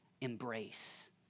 embrace